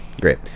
Great